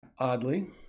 Oddly